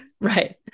right